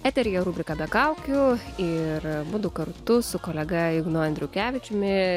eteryje rubrika be kaukių ir mudu kartu su kolega ignu andriukevičiumi